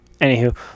anywho